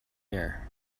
air